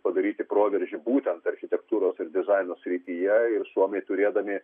padaryti proveržį būtent architektūros ir dizaino srityje ir suomiai turėdami